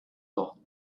law